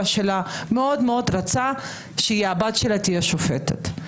שלה מאוד מאוד רצה שהבת שלו תהיה שופטת.